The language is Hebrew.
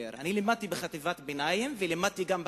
ביותר אני לימדתי בחטיבת ביניים ולימדתי גם בתיכון,